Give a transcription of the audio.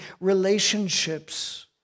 relationships